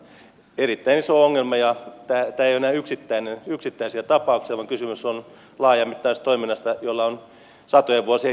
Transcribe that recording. erittäin iso ongelma eikä tämä ole enää yksittäisiä tapauksia vaan kysymys on laajamittaisesta toiminnasta jolla on satojen vuosien historia